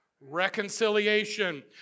Reconciliation